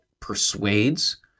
persuades